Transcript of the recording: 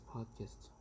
Podcast